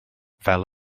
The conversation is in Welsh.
fel